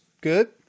good